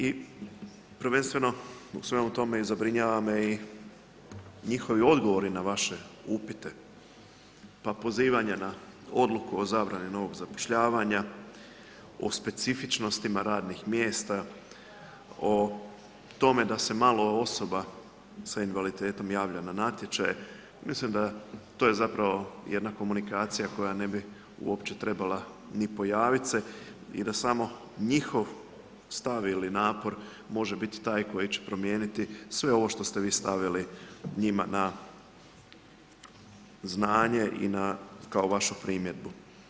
I prvenstveno u svemu tome zabrinjava me i njihovi odgovori na vaše upite pa pozivanje na odluku o zabrani novog zapošljavanja, o specifičnostima radnih mjesta, o tome da se malo osoba s invaliditetom javlja na natječaje, mislim da, to je zapravo jedna komunikacija koja ne bi uopće trebala ni pojavit se i da samo njihov stav ili napor može biti taj koji će promijenit sve ovo što ste vi stavili njima na znanje i kao vašu primjedbu.